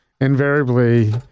invariably